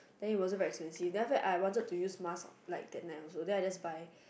then it wasn't expensive then after that I wanted to use mask like that night also then I just buy